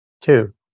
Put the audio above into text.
Two